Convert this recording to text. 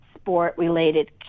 sport-related